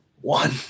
One